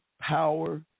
power